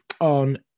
on